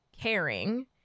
caring